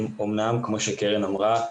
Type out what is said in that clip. כמו שקרן אמרה,